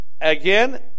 again